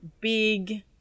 big